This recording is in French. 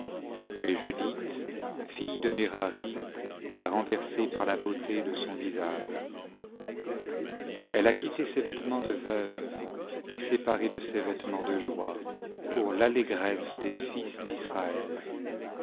mais judith fille de mérari l'a renversé par la beauté de son visage elle a quitté ses vêtements de veuve et s'est parée de ses vêtements de joie pour l'allégresse des fils d'israël